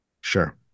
Sure